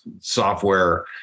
software